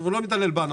הוא לא מתעלל בנו,